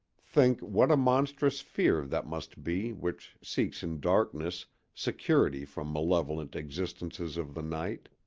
think what a monstrous fear that must be which seeks in darkness security from malevolent existences of the night.